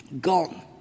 Gone